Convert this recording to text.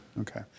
Okay